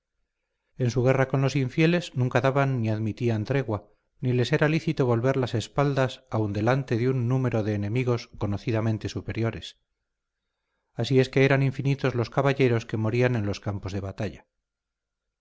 en su guerra con los infieles nunca daban ni admitían tregua ni les era lícito volver las espaldas aun delante de un número de enemigos conocidamente superiores así es que eran infinitos los caballeros que morían en los campos de batalla